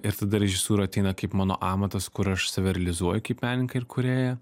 ir tada režisūra ateina kaip mano amatas kur aš save realizuoju kaip menininką ir kūrėją